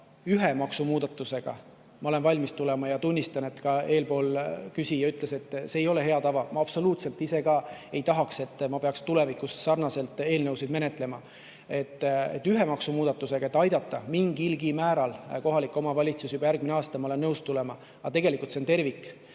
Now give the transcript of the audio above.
Ühe maksumuudatusega ma olen valmis tulema ja tunnistan, nagu ka varem üks küsija ütles, et see ei ole hea tava. Ma absoluutselt ise ka ei tahaks, et ma peaksin tulevikus sarnaselt eelnõusid menetlema. Aga ühe maksumuudatusega, et aidata mingilgi määral kohalikke omavalitsusi juba järgmisel aastal, ma olen nõus tulema. Aga tegelikult see on tervik.